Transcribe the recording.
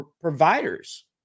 providers